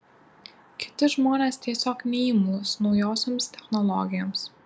kiti žmonės tiesiog neimlūs naujosioms technologijoms